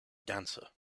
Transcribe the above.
dancer